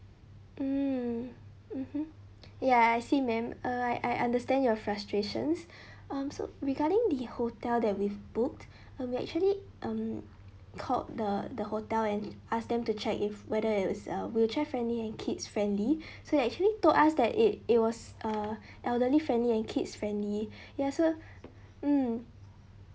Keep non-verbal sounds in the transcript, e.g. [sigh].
mm mmhmm ya I see madam alright I understand your frustrations [breath] um so regarding the hotel that we've booked uh we actually um called the the hotel and ask them to check if whether it was a wheelchair friendly and kids friendly [breath] so actually told us that it it was uh elderly friendly and kids friendly [breath] ya so mm